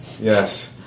Yes